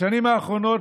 בשנים האחרונות